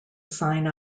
sign